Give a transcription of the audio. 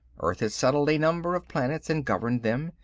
earth had settled a number of planets, and governed them.